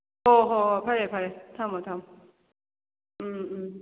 ꯍꯣꯍꯣꯍꯣꯏ ꯐꯔꯦ ꯐꯔꯦ ꯊꯝꯃꯣ ꯊꯝꯃꯣ ꯎꯝ ꯎꯝ